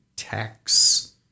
tax